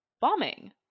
bombing